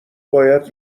باید